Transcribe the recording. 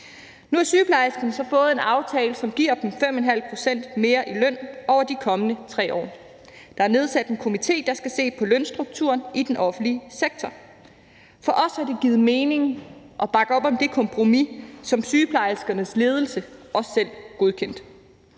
Nu har sygeplejerskerne så fået en aftale, som giver dem 5,5 pct. mere i løn over de kommende 3 år. Der er nedsat en komité, der skal se på lønstrukturen i den offentlige sektor. For os har det givet mening at bakke op om det kompromis, som sygeplejerskernes ledelse også selv godkendte.